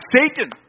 Satan